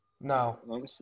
No